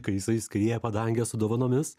kai jisai skrieja padange su dovanomis